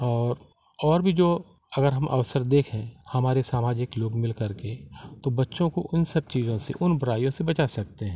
और और भी जो अगर हम अवसर देखें हमारे सामाजिक लोग मिल कर के तो बच्चों को उन सब चीज़ों से उन बुराइयों से बचा सकते हैं